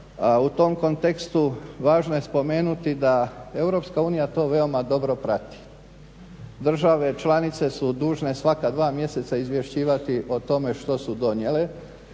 U tom kontekstu važno je spomenuti da EU to veoma dobro prati. Države članice su dužne svaka dva mjeseca izvješćivati o tome što su donijele,